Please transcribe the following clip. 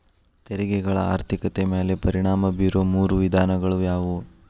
ತೆರಿಗೆಗಳ ಆರ್ಥಿಕತೆ ಮ್ಯಾಲೆ ಪರಿಣಾಮ ಬೇರೊ ಮೂರ ವಿಧಾನಗಳ ಯಾವು